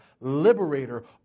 liberator